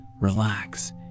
relax